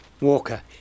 Walker